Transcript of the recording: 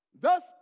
thus